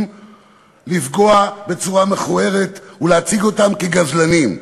לפגוע בצורה מכוערת ולהציג אותם כגזלנים.